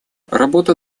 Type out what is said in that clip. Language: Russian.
работа